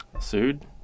Sued